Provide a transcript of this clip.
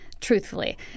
Truthfully